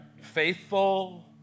Faithful